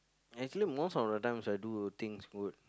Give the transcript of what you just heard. actually most of the times I do things w~